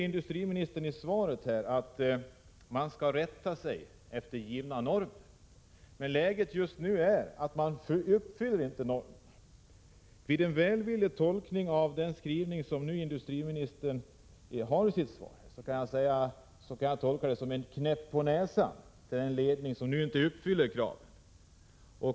Industriministern säger i svaret att företagsledningen skall rätta sig efter givna normer. Men läget just nu är att den inte uppfyller normerna. Med en välvillig tolkning av skrivningen i industriministerns svar kan man betrakta svaret som en knäpp på näsan på en ledning som nu inte uppfyller kraven.